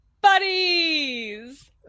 buddies